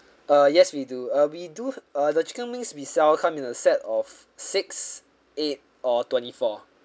uh yes we do uh we do uh the chicken wings we sell come in a set of six eight or twenty-four